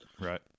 Right